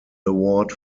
award